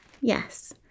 yes